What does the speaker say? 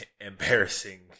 embarrassing